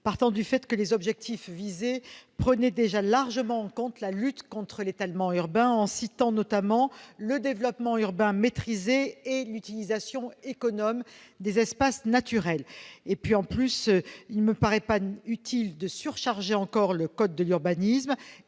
partant du fait que les objectifs visés prenaient déjà largement en compte la lutte contre l'étalement urbain. Elle avait notamment cité le développement urbain maîtrisé et l'utilisation économe des espaces naturels. Par ailleurs, il ne me paraît pas utile de surcharger encore le code de l'urbanisme.